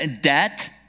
debt